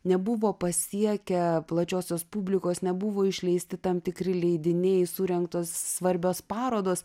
nebuvo pasiekę plačiosios publikos nebuvo išleisti tam tikri leidiniai surengtos svarbios parodos